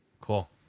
Cool